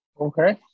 Okay